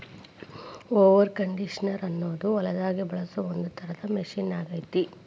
mower conditioner ಅನ್ನೋದು ಹೊಲದಾಗ ಬಳಸೋ ಒಂದ್ ತರದ ಮಷೇನ್ ಆಗೇತಿ